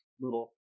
little